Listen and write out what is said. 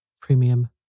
Premium